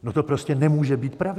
No to prostě nemůže být pravda!